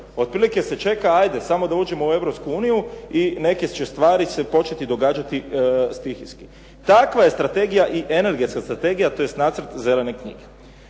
Otprilike se čeka ajde samo da uđemo u Europsku uniju i neke će stvari početi događati stihijski. Takva je strategija i energetska strategija tj. nacrt zelene knjige.